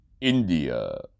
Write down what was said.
India